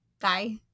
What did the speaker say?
Bye